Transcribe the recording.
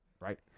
right